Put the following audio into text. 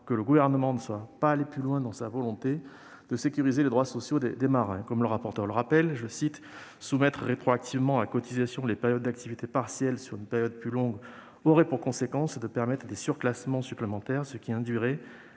que le Gouvernement ne soit pas allé plus loin dans sa volonté de sécuriser les droits sociaux des marins. M. le rapporteur souligne :«[...] soumettre rétroactivement à cotisation les périodes d'activité partielle sur une période plus longue aurait pour conséquence de permettre des surclassements supplémentaires, ce qui induirait